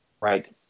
right